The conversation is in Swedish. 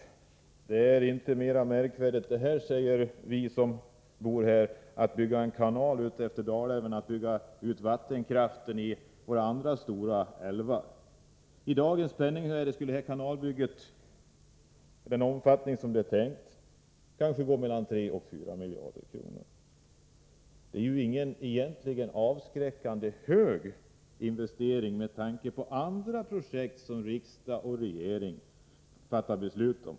Men det är inte mer märkvärdigt, säger vi som bor i regionen, att bygga en kanal utefter Dalälven än att bygga ut vattenkraften i våra andra stora älvar. I dagens penningvärde skulle detta kanalbygge, i den omfattning som det är tänkt, kanske gå på mellan 3 och 4 miljarder kronor. Det är egentligen inte någon avskräckande hög investeringskostnad i jämförelse med andra projekt som riksdag och regering fattar beslut om.